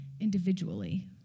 individually